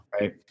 right